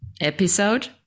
episode